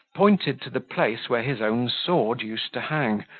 pointed to the place where his own sword used to hang,